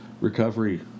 recovery